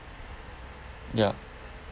yup